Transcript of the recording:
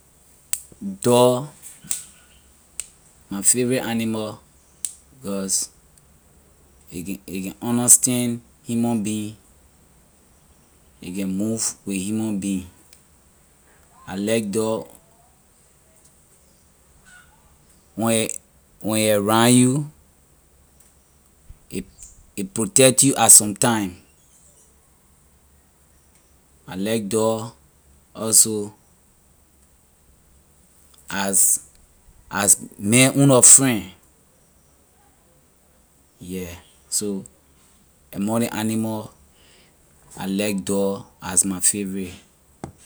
Dog my favorite animal because a can a can understand human being a can move with human being. I lkie dog. when a when a round you a a protect you at some time. I like dog also as as man own nor friend yeah so among ley animal I like dog as my favorite